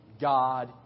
God